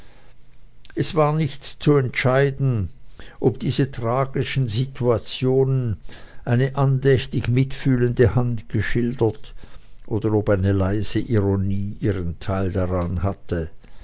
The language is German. es war nicht zu entscheiden ob diese tragischen situationen eine andächtig mitfühlende hand geschildert oder ob eine leise ironie ihren teil daran hatte